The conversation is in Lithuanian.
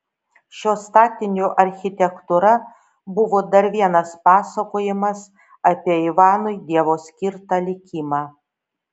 šio statinio architektūra buvo dar vienas pasakojimas apie ivanui dievo skirtą likimą